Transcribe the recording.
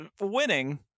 winning